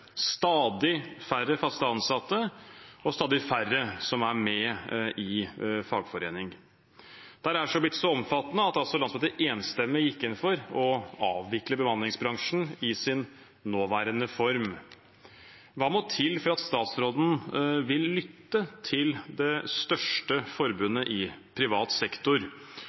stadig færre fast ansatte og stadig færre som er med i fagforening. Dette er blitt så omfattende at landsmøtet enstemmig gikk inn for å avvikle bemanningsbransjen i sin nåværende form. Hva må til for at statsråden vil lytte til det største forbundet i privat sektor